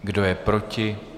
Kdo je proti?